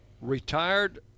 retired